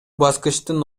баскычтын